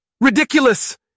Ridiculous